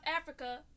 Africa